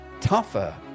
tougher